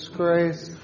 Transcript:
grace